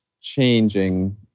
changing